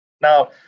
Now